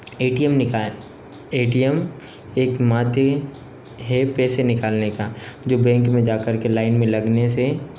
ए T M निकाय A T M एक मात्र है पैसे निकालने का जो बैंक में जा कर के लाइन में लगने से